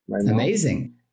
Amazing